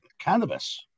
cannabis